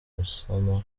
gusama